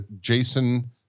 Jason